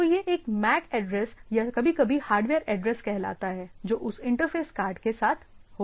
तो यह एक मैक एड्रेस या कभी कभी हार्डवेयर एड्रेस कहलाता है जो उस इंटरफेस कार्ड के साथ होता है